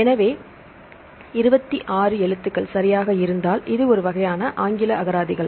எனவே 26 எழுத்துக்கள் சரியாக இருந்தால் இது ஒரு வகையான ஆங்கில அகராதிகள்